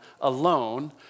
alone